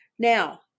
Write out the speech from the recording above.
Now